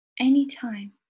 anytime